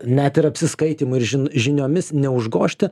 net ir apsiskaitymu ir žin žiniomis neužgožti